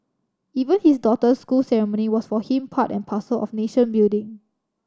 even his daughter's school ceremony was for him part and parcel of nation building